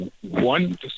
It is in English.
One